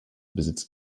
besitzt